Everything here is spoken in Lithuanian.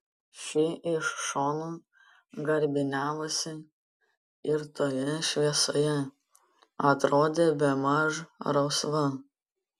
ši iš šonų garbiniavosi ir toje šviesoje atrodė bemaž rausva